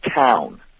town